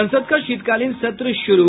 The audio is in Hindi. संसद का शीतकालीन सत्र शुरू